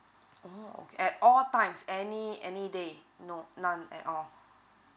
oh okay at all times any any day no none at all